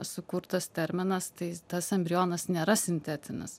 sukurtas terminas tai tas embrionas nėra sintetinis